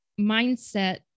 mindset